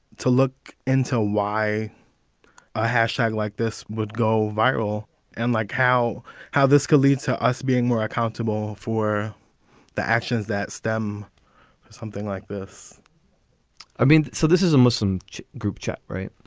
to look into why a hashtag like this would go viral and like how how this could lead to us being more accountable for the actions that stem something like this i mean, so this is a muslim group chat, right?